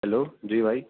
hello جی بھائی